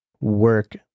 work